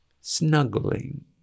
snuggling